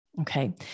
okay